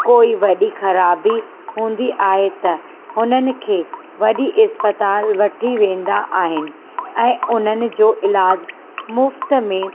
कोई वॾी ख़राबी हूंदी आहे त हुननि खे वॾी अस्पताल वठी वेंदा आहिनि ऐं उन्हनि जो इलाज मुफ्त में